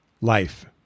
life